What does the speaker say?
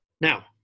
Now